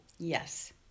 Yes